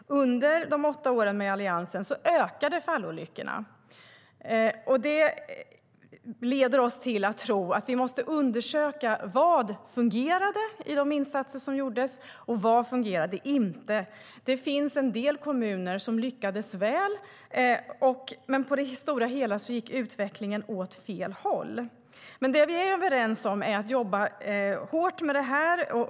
Under de åtta åren med Alliansen ökade fallolyckorna. Det leder oss till att tro att vi måste undersöka vad som fungerade i de insatser som gjordes och vad som inte fungerade. Det finns en del kommuner som lyckades väl. Men på det stora hela gick utvecklingen åt fel håll. Det vi är överens om är att jobba hårt med detta.